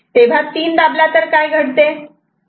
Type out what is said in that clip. जेव्हा 3 दाबला तर काय घडते